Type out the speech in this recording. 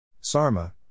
Sarma